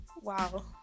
Wow